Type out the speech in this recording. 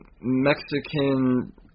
Mexican